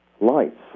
lights